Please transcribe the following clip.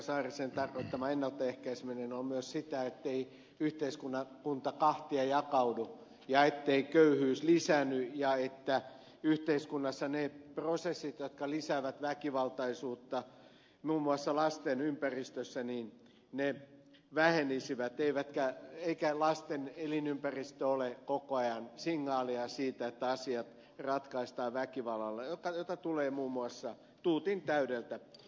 saarisen tarkoittama ennalta ehkäiseminen on myös sitä ettei yhteiskunta kahtia jakaudu ja ettei köyhyys lisäänny ja että yhteiskunnassa ne prosessit jotka lisäävät väkivaltaisuutta muun muassa lasten ympäristössä vähenisivät eikä lasten elinympäristössä ole koko ajan signaaleja siitä että asiat ratkaistaan väkivallalla jota tulee muun muassa tuutin täydeltä televisiosta